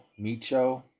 Micho